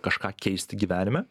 kažką keisti gyvenime